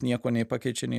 niekuo nei pakeičia nei